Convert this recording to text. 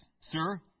Sir